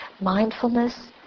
mindfulness